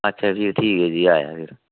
अच्छा जी ठीक ऐ जी फिर आया